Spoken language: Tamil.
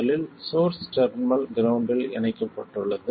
முதலில் சோர்ஸ் டெர்மினல் கிரவுண்ட்டில் இணைக்கப்பட்டுள்ளது